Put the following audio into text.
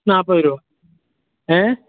നാൽപ്പത് രൂപ ഏ